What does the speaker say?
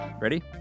Ready